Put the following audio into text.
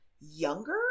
younger